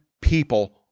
people